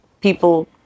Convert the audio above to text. People